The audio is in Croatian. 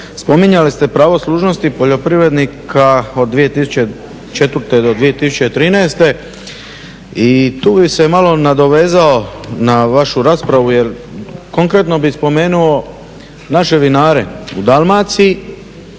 spominjali ste pravo služnosti poljoprivrednika od 2004. do 2013. i tu bih se malo nadovezao na vašu raspravu jer konkretno bih spomenuo naše vinare u Dalmaciji,